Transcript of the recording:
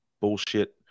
bullshit